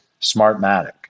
Smartmatic